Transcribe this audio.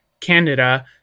Canada